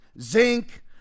zinc